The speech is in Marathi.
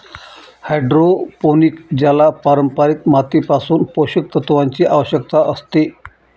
हायड्रोपोनिक ज्याला पारंपारिक मातीपासून पोषक तत्वांची आवश्यकता असते